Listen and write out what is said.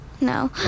No